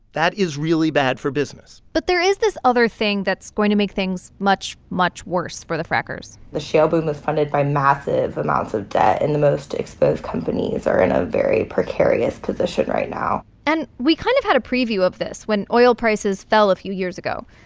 that is really bad for business but there is this other thing that's going to make things much, much worse for the frackers the shale boom is funded by massive amounts of debt, and the most exposed companies are in a very precarious position right now and we kind of had a preview of this when oil prices fell a few years ago.